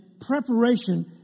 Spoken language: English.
preparation